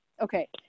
okay